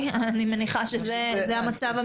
אני מניחה שזה המצב המשפטי.